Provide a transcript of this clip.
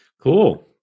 Cool